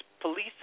police